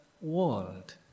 world